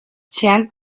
sean